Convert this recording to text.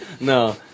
No